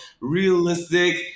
realistic